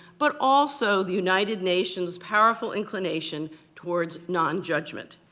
but also the united nations' powerful inclination towards non-judgment.